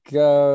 go